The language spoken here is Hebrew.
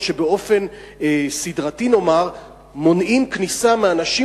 שבאופן סדרתי מונעים כניסה מאנשים,